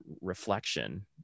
reflection